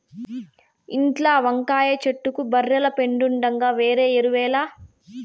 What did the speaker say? ఇంట్ల వంకాయ చెట్లకు బర్రెల పెండుండగా వేరే ఎరువేల